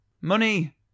Money